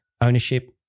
ownership